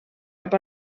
cap